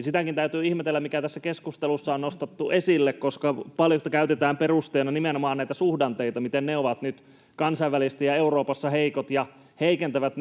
Sitäkin täytyy ihmetellä, mitä tässä keskustelussa on nostettu esille. Kun paljon käytetään perusteena nimenomaan näitä suhdanteita, miten ne ovat nyt kansainvälisesti ja Euroopassa heikot ja heikentävät